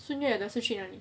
去哪里